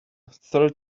third